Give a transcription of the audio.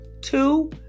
two